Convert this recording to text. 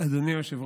היושב-ראש,